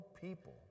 people